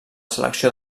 selecció